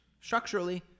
structurally